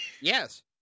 Yes